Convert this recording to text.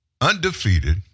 Undefeated